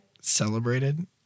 celebrated